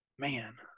Man